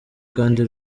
kandi